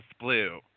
Blue